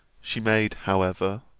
she made, however,